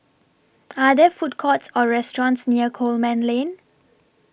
Are There Food Courts Or restaurants near Coleman Lane